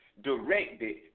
directed